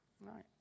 Right